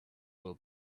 will